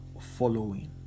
following